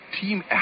team